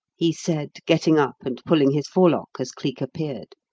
he said, getting up and pulling his forelock as cleek appeared.